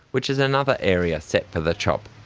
which is another area set for the chop.